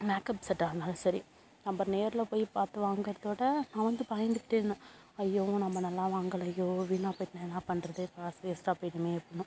makeup செட்டாக இருந்தாலும் சரி நம்ம நேரில் போய் பார்த்து வாங்கிறதோட நான் வந்து பயந்துக்கிட்டே இருந்தேன் ஐயோ நம்ம நல்லா வாங்கலையோ வீணாக போய்ட்னால் என்ன பண்ணுறது காசு வேஸ்ட்டாக போய்விடுமே அப்பிடின்னு